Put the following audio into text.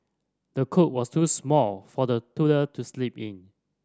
the cot was too small for the toddler to sleep in